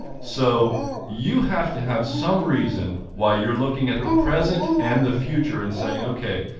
so you have to have some reason why you're looking at the present and the future and saying, okay,